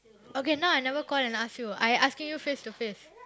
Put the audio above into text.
okay now I never call ask and ask you I asking you face to face